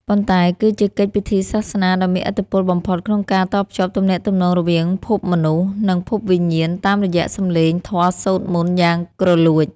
ប៉ុន្តែគឺជាកិច្ចពិធីសាសនាដ៏មានឥទ្ធិពលបំផុតក្នុងការតភ្ជាប់ទំនាក់ទំនងរវាងភពមនុស្ស និងភពវិញ្ញាណតាមរយៈសម្លេងធម៌សូត្រមន្តយ៉ាងគ្រលួច។